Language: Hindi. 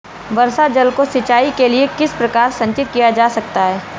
वर्षा जल को सिंचाई के लिए किस प्रकार संचित किया जा सकता है?